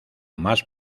más